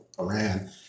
Iran